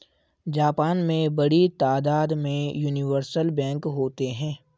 Japan में बड़ी तादाद में यूनिवर्सल बैंक होते हैं